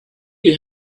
you